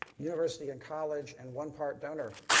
university and college and one part donor.